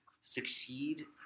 succeed